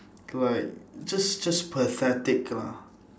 like just just pathetic lah